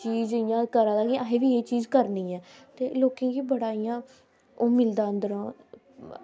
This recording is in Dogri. चीज़ इंया करा दे असें बी एह् चीज़ करनी ऐ ते लोकें च बड़ा इंया ओह् मिलदा अंदरें